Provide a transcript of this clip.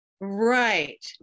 right